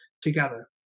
together